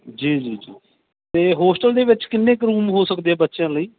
ਜੀ ਜੀ ਜੀ ਅਤੇ ਹੋਸਟਲ ਦੇ ਵਿੱਚ ਕਿੰਨੇ ਕੁ ਰੂਮ ਹੋ ਸਕਦੇ ਆ ਬੱਚਿਆਂ ਲਈ